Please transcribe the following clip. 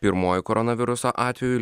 pirmuoju koronaviruso atveju